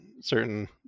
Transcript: certain